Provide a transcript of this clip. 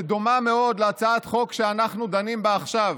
שדומה מאוד להצעת החוק שאנחנו דנים בה עכשיו.